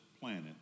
planet